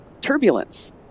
Turbulence